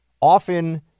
often